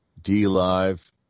DLive